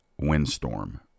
windstorm